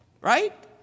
Right